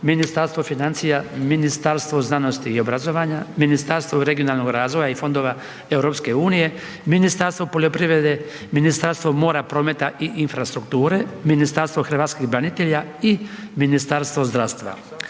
Ministarstvo financija, Ministarstvo znanosti i obrazovanja, Ministarstvo regionalnog razvoja i fondova EU, Ministarstvo poljoprivrede, Ministarstvo mora, prometa i infrastrukture, Ministarstvo hrvatskih branitelja i Ministarstvo zdravstva.